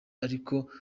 ariko